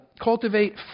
cultivate